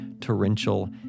torrential